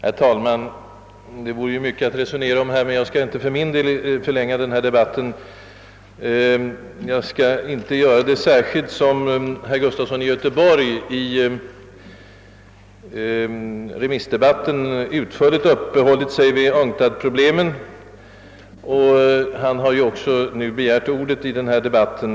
Herr talman! Det vore givetvis myc ket att resonera om här, men jag skall för min del inte förlänga debatten, särskilt som herr Gustafson i Göteborg i remissdebatten utförligt uppehållit sig vid UNCTAD-problemen och han också nu begärt ordet i denna debatt.